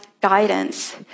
guidance